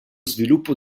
sviluppo